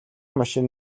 машин